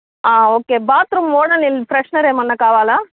okay bathroom Odonil freshener ఏమన్నా కావాలా